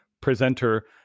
presenter